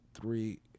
Three